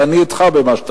ואני אתך במה שאתה אומר.